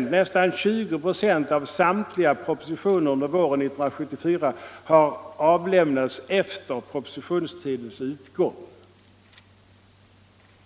Nästan 20 96 av samtliga propositioner under våren 1974 har avlämnats efter propositionstidens utgång.